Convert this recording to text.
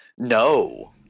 no